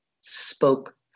spoke